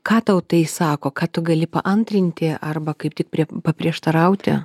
ką tau tai sako ką tu gali paantrinti arba kaip ti paprieštarauti